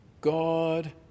God